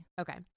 Okay